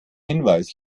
hinweis